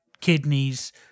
kidneys